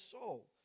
soul